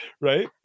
Right